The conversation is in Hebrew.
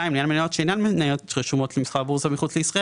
לעניין מניות שאינן רשומות למסחר בבורסה מחוץ לישראל